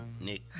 Nick